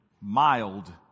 mild